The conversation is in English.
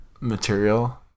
material